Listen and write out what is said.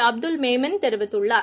அப்துல் மேமென் தெரிவித்துள்ளார்